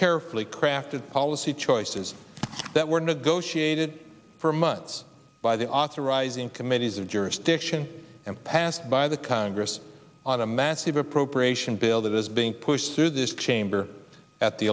carefully crafted policy choices that were negotiated for months by the authorizing committees of jurisdiction and passed by the congress on a massive appropriation bill that is being pushed through this chamber at the